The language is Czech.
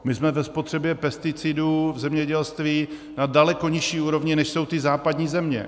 My jsme ve spotřebě pesticidů v zemědělství na daleko nižší úrovni, než jsou ty západní země.